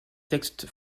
textes